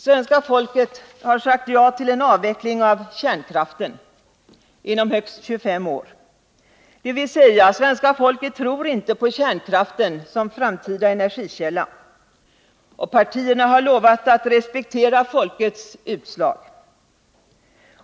Svenska folket har sagt ja till en avveckling av kärnkraften inom högst 25 år, dvs. svenska folket tror inte på kärnkraften som framtida energikälla. Partierna har lovat att respektera folkets utslag.